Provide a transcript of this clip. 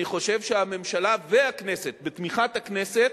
אני חושב שהממשלה והכנסת, בתמיכת הכנסת,